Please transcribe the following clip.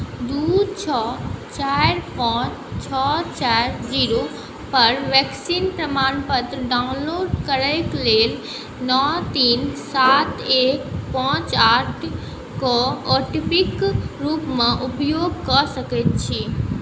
दुइ छओ चारि पाँच छओ चारि जीरोपर वैक्सीन प्रमाणपत्र डाउनलोड करैके लेल नओ तीन सात एक पाँच आठकेँ ओ टी पी के रूपमे उपयोग कऽ सकै छी